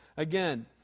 Again